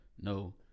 No